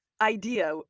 idea